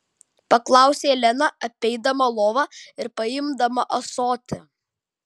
paklausė lena apeidama lovą ir paimdama ąsotį